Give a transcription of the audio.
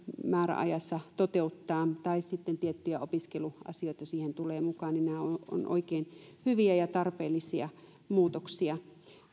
määräajassa toteuttaa tai sitten tiettyjä opiskeluasioita siihen tulee mukaan nämä ovat oikein hyviä ja tarpeellisia muutoksia